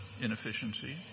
inefficiency